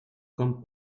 com